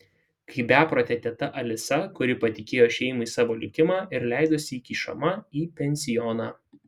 kaip beprotė teta alisa kuri patikėjo šeimai savo likimą ir leidosi įkišama į pensioną